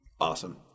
Awesome